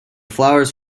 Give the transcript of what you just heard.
flowers